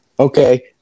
Okay